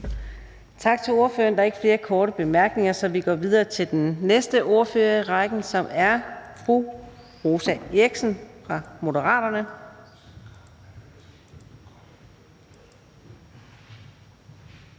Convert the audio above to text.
Tak til ordføreren. Der er ikke flere korte bemærkninger, så vi går videre til den næste ordfører i rækken, som er fru Susie Jessen fra Danmarksdemokraterne.